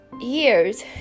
years